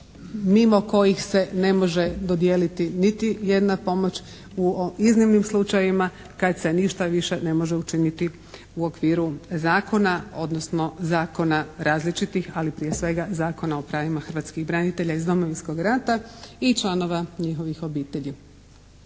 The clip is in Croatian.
mimo kojih se ne može dodijeliti niti jedna pomoć u iznimnim slučajevima kad se ništa više ne može učiniti u okviru zakona odnosno zakona različitih ali prije svega Zakona o pravima hrvatskih branitelja iz Domovinskog rata i članova njihovih obitelji.